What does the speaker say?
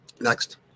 next